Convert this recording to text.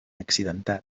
accidentat